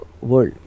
world